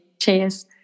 cheers